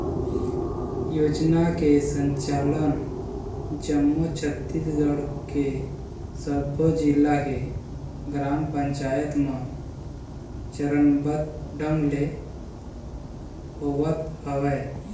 योजना के संचालन जम्मो छत्तीसगढ़ के सब्बो जिला के ग्राम पंचायत म चरनबद्ध ढंग ले होवत हवय